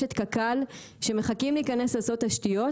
יש את קק"ל שמחכים להיכנס לעשות תשתיות,